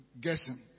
guessing